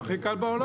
הכי קל בעולם.